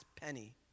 penny